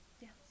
Yes